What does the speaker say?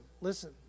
listen